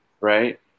right